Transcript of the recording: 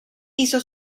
hizo